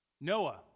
Noah